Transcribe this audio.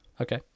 Okay